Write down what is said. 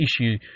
issue